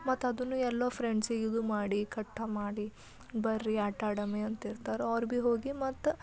ಮತ್ತು ಅದನ್ನು ಎಲ್ಲೋ ಫ್ರೆಂಡ್ಸಿಗಿದು ಮಾಡಿ ಕಟ್ಟ ಮಾಡಿ ಬರ್ರಿ ಆಟಾಡಮಿ ಅಂತಿರ್ತಾರೆ ಅವ್ರು ಭೀ ಹೋಗಿ ಮತ್ತು